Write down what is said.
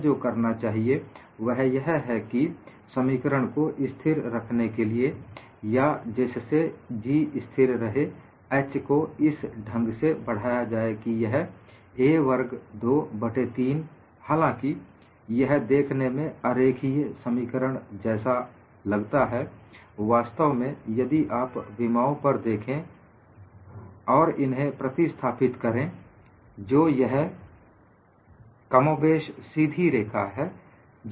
हमें जो करना चाहिए वह यह है कि समीकरण को स्थिर रखने के लिए या जिससे G स्थिर रहे h को इस ढंग से बढ़ाया जाए कि यह a वर्ग 2 बट्टे 3 हालांकि यह देखने में अरेखीय समीकरण जैसा लगता है वास्तव में यदि आप विमाओं पर देखें और इन्हें प्रस्थापित करें जो यह कमोबेश सीधी रेखा है